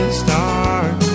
start